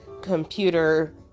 computer